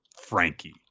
frankie